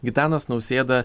gitanas nausėda